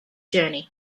journey